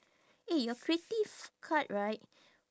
eh your creative card right